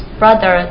brother